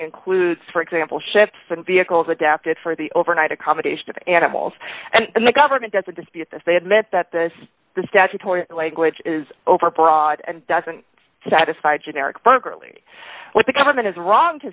includes for example ships and vehicles adapted for the overnight accommodation of animals and the government doesn't dispute that they admit that this the statutory language is overbroad and doesn't satisfy generic but really what the government is wrong to